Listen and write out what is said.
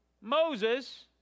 Moses